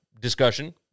discussion